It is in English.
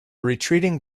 retreating